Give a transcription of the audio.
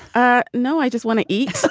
ah no, i just want to eat.